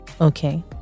Okay